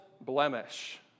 blemish